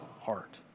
heart